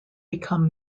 become